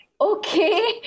okay